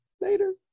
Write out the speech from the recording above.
Later